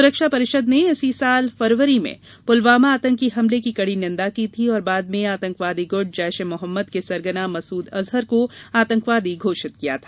सुरक्षा परिषद ने इसी वर्ष फरवरी में पुलवामा आतंकी हमले की कड़ी निंदा की थी और बाद में आतंकवादी गुट जैश ए मोहम्मद के सरगना मसूद अजहर को आतंकवादी घोषित किया था